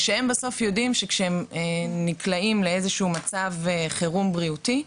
אותם אנשים יודעים בסוף שכשהם נקלעים לאיזשהו מצב חירום בריאותי,